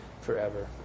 forever